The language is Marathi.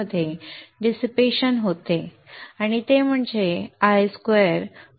मध्ये डिसिपेशन होते आणि ते म्हणजे I स्क्वेअर गुणा Rs